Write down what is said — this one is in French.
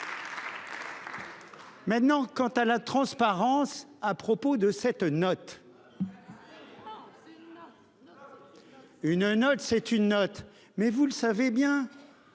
Maintenant quant à la transparence. À propos de cette note. Une note c'est une note. Mais vous le savez bien.